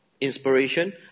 inspiration